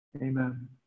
Amen